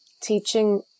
teaching